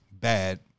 bad